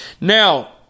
Now